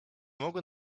mogłem